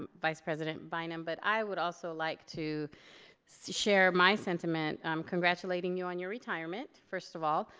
vice president bynum, but i would also like to share my sentiment congratulating you on your retirement, first of all,